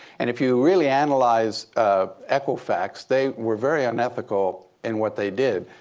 and if you really analyze equifax, they were very unethical in what they did.